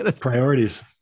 priorities